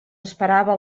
esperava